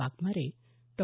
Waghmare Dr